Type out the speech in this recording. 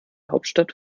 hauptstadt